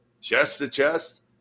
chest-to-chest